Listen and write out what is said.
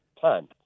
time